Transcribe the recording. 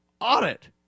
audit